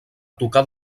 tocar